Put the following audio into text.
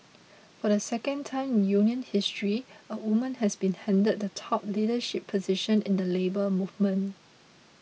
for the second time in union history a woman has been handed the top leadership position in the Labour Movement